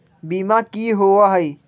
बीमा की होअ हई?